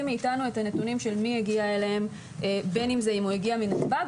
מאתנו את הנתונים של מי יגיע אליהם בין אם הוא הגיע נתב"ג